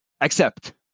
accept